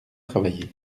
travaillé